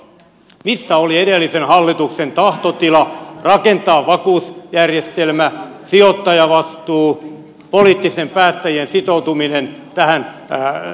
missä oli edellisen hallituksen tahtotila rakentaa vakuusjärjestelmä sijoittajavastuu poliittisten päättäjien sitoutuminen tähän kreikan ratkaisuun